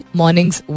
mornings